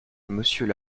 monsieur